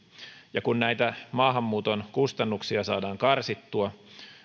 kun näitä maahanmuuton kustannuksia saadaan karsittua